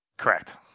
Correct